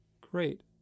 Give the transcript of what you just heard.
Great